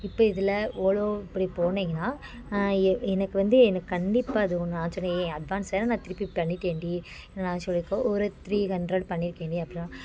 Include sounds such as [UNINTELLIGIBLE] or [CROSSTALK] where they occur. இப்போ இதில் ஓலோ இப்படி போனீங்கன்னால் எ எனக்கு வந்து எனக்கு கண்டிப்பாக அது ஒன்று ஆச்சுடி ஏய் அட்வான்ஸ் வேணா நான் திருப்பி பண்ணிட்டேன்டி [UNINTELLIGIBLE] சொல்லியிருக்கேன் ஒரு த்ரீ ஹண்ட்ரட் பண்ணியிருக்கேன்டி அப்படின்னா